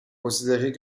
considéré